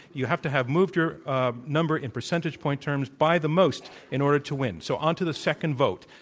you have to have moved your ah number in percentage point terms by the most in order to win. so onto the second vote,